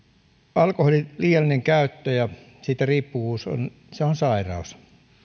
alkoholin liiallinen käyttö ja siitä riippuvuus on sairaus